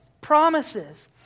promises